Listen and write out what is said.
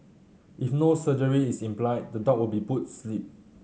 if no surgery is implied the dog will be put sleep